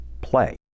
play